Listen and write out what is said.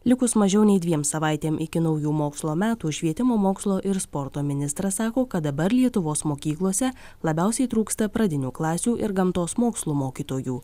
likus mažiau nei dviem savaitėm iki naujų mokslo metų švietimo mokslo ir sporto ministras sako kad dabar lietuvos mokyklose labiausiai trūksta pradinių klasių ir gamtos mokslų mokytojų